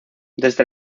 desde